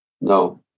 No